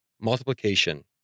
Multiplication